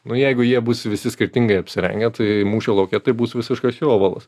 nu jeigu jie bus visi skirtingai apsirengę tai mūšio lauke tai bus visiškas jovalas